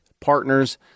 partners